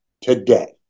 today